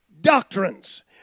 doctrines